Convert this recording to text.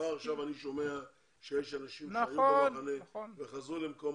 כבר עכשיו אני שומע שיש אנשים שהיו במחנה וחזרו למקום